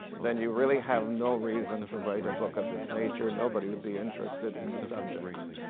then you really have no reason to write a book of this nature. nobody would be interested in the subject.